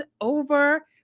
Over